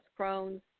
Crohn's